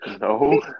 no